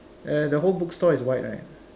uh the whole bookstore is white right